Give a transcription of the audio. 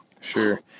Sure